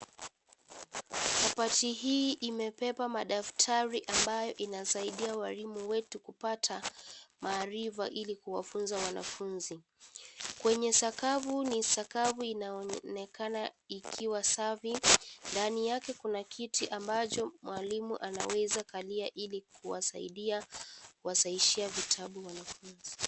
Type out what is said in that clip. Kabati hii imebeba madaftari ambayo inasaidia walimu wengi kupata maarifa ili kuwafunza wanafunzi, kwenye sakafu ni sakafu inaonekana ikiwa safi ndani yake kuna kiti ambacho mwalimu anaweza kalia ili kuwasaidia kuwasahishisa vitabu wanafunzi.